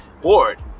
bored